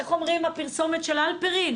איך אומרת הפרסומת של "הלפרין"?